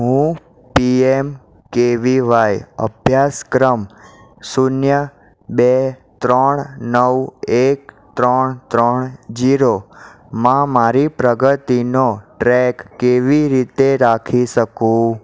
હું P M K V Y અભ્યાસક્રમ શૂન્ય બે ત્રણ નવ એક ત્રણ ત્રણ ઝીરોમાં મારી પ્રગતિનો ટ્રેક કેવી રીતે રાખી શકું